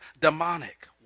demonic